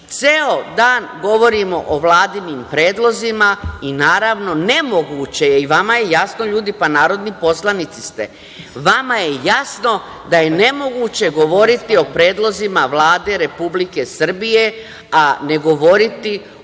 ceo dan govorimo o vladinim predlozima i naravno nemoguće je i vama je jasno, pa narodni poslanici ste, da je nemoguće govoriti o predlozima Vlade Republike Srbije, a ne govoriti o